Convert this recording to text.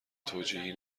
توجیهی